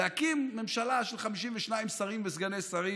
להקים ממשלה של 52 שרים וסגני שרים.